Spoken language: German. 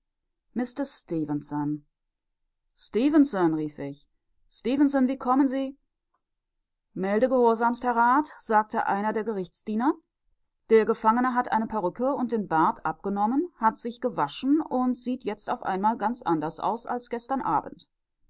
mister stefenson stefenson rief ich stefenson wie kommen sie melde gehorsamst herr rat sagte der eine der gerichtsdiener der gefangene hat eine perücke und den bart abgenommen hat sich gewaschen und sieht jetzt auf einmal ganz anders aus als gestern abend